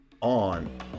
on